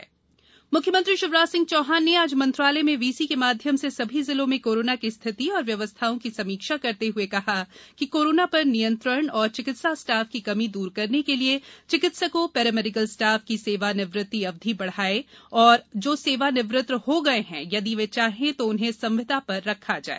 म्ख्यमंत्री समीक्षा मुख्यमंत्री शिवराज सिंह चौहान ने आज मंत्रालय में वीसी के माध्यम से सभी जिलों में कोरोना की स्थिति एवं व्यवस्थाओं की समीक्षा करते हए कहा कि कोरोना र नियंत्रण और चिकित्सा स्टाफ की कमी दूर करने के लिए चिकित्सकों पैरा मेडिकल स्टाफ की सेवानिवृत्ति अवधि बढ़ाएं और जो सेवानिवृत हो गए हैं यदि वे चाहें तो उन्हें संविदा प्र रखा जाए